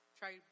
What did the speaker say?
try